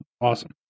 Awesome